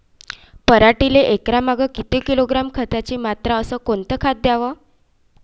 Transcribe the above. पराटीले एकरामागं किती किलोग्रॅम खताची मात्रा अस कोतं खात द्याव?